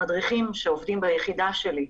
המדריכים שעובדים ביחידה שלי,